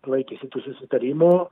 laikėsi to susitarimo